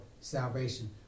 salvation